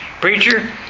Preacher